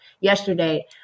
yesterday